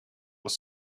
was